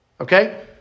Okay